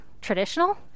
traditional